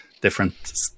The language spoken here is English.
different